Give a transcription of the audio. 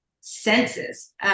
senses